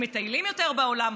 הם מטיילים יותר בעולם.